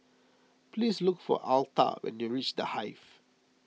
please look for Altha when you reach the Hive